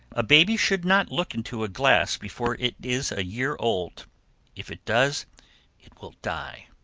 a baby should not look into a glass before it is a year old if it does it will die.